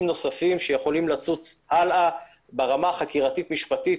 נוספים שיכולים לצוץ הלאה ברמה החקירתית משפטית,